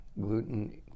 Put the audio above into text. Gluten